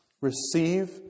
Receive